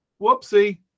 whoopsie